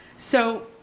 so